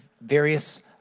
various